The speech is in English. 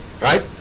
right